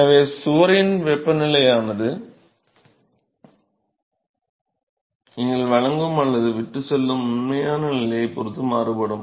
எனவே சுவரின் வெப்பநிலையானது நீங்கள் வழங்கும் அல்லது விட்டுச்செல்லும் உண்மையான நிலையைப் பொறுத்து மாறுபடும்